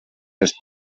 dels